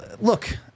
Look